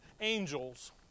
angels